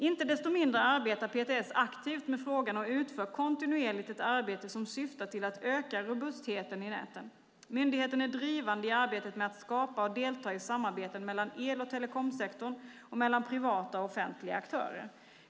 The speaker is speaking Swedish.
Inte desto mindre arbetar PTS aktivt med frågan och utför kontinuerligt ett arbete som syftar till att öka robustheten i näten. Myndigheten är drivande i arbetet med att skapa och delta i samarbeten mellan el och telekomsektorn och mellan privata och offentliga aktörer.